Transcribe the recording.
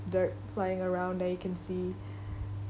dirt flying around there you can see